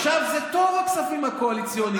עכשיו זה טוב הכספים הקואליציוניים,